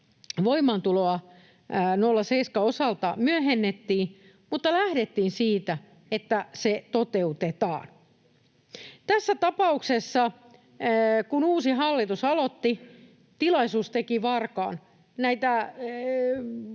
voimaantuloa 0,7:n osalta myöhennettiin, mutta lähdettiin siitä, että se toteutetaan. Tässä tapauksessa, kun uusi hallitus aloitti, tilaisuus teki varkaan. Silloisia